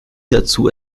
dazu